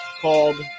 called